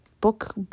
book